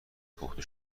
پخته